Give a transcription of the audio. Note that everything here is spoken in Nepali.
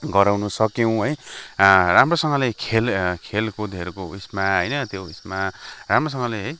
गराउँन सक्यौँ है राम्रोसँगले खेल खेलकुदहरूको उयसमा होइन त्यो उयसमा राम्रोसँगले